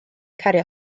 cario